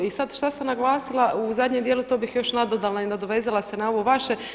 I da, šta sam naglasila u zadnjem dijelu to bih još nadodala i nadovezala se na ovo vaše.